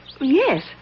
Yes